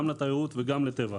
גם לתיירות וגם לטבע,